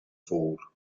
four